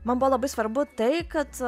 man buvo labai svarbu tai kad